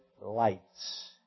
lights